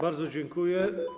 Bardzo dziękuję.